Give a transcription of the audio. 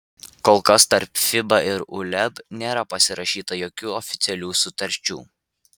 kol kas tarp fiba ir uleb nėra pasirašyta jokių oficialių sutarčių